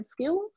skills